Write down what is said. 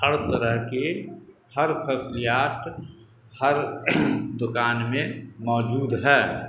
ہر طرح کے ہر فصلیات ہر دکان میں موجود ہے